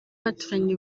baturanye